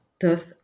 thus